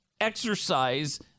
exercise